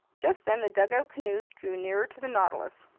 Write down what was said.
just then the dugout canoes drew nearer to the nautilus,